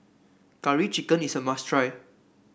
Curry Chicken is a must try